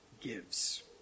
gives